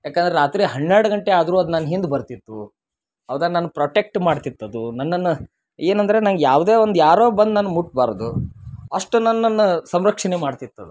ಯಾಕಂದ್ರೆ ರಾತ್ರಿ ಹನ್ನೆರಡು ಗಂಟೆ ಆದ್ರೂ ಅದು ನನ್ನ ಹಿಂದೆ ಬರ್ತಿತ್ತು ಹೌದಾ ನನ್ನ ಪ್ರೊಟೆಕ್ಟ್ ಮಾಡ್ತಿತ್ತು ಅದು ನನ್ನನ್ನು ಏನೆಂದ್ರೆ ನಂಗೆ ಯಾವುದೇ ಒಂದು ಯಾರೋ ಬಂದು ನನ್ನ ಮುಟ್ಟಬಾರ್ದು ಅಷ್ಟು ನನ್ನನ್ನು ಸಂರಕ್ಷಣೆ ಮಾಡ್ತಿತ್ತು ಅದು